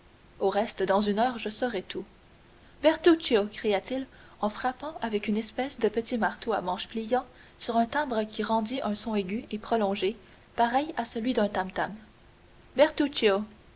au reste dans une heure je saurai tout bertuccio cria-t-il en frappant avec une espèce de petit marteau à manche pliant sur un timbre qui rendit un son aigu et prolongé pareil à celui d'un tam tam